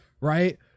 right